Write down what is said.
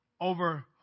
over